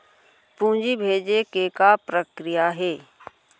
पूंजी भेजे के का प्रक्रिया हे?